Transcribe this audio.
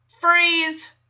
Freeze